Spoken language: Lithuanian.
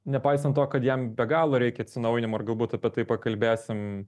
nepaisant to kad jam be galo reikia atsinaujinimo ir galbūt apie tai pakalbėsim